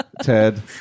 Ted